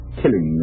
killing